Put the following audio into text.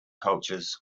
cultures